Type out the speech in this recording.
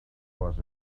was